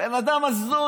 בן אדם הזוי,